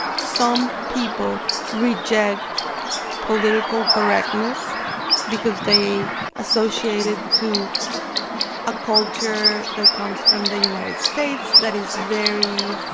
some people reject political correctness because they associate it to a culture that comes from the united states that is very,